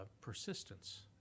persistence